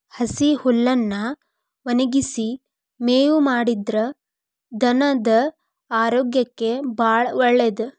ಹಸಿ ಹುಲ್ಲನ್ನಾ ಒಣಗಿಸಿ ಮೇವು ಮಾಡಿದ್ರ ಧನದ ಆರೋಗ್ಯಕ್ಕೆ ಬಾಳ ಒಳ್ಳೇದ